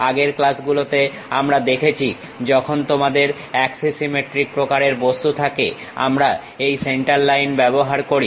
আগের ক্লাসগুলোতে আমরা দেখেছি যখন তোমাদের অ্যাক্সিসিম্মেট্রিক প্রকারের বস্তু থাকে আমরা এই সেন্টার লাইন ব্যবহার করি